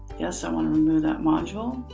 yeah so i want to remove that module.